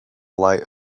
light